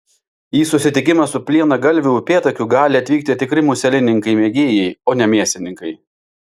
į susitikimą su plienagalviu upėtakiu gali atvykti tikri muselininkai mėgėjai o ne mėsininkai